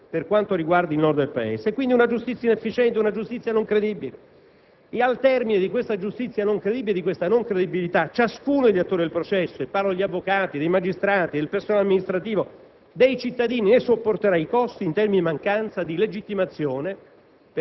è dato dalla giustizia civile, più lenta nella sua progressione per quanto riguarda il Nord del Paese. Una giustizia inefficiente è una giustizia non credibile e, al termine di questa giustizia non credibile e di questa non credibilità, ciascuno degli attori del processo (e mi riferisco agli avvocati, ai magistrati, al personale amministrativo,